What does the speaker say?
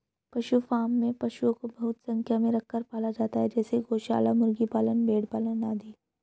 पशु फॉर्म में पशुओं को बहुत संख्या में रखकर पाला जाता है जैसे गौशाला, मुर्गी पालन, भेड़ पालन आदि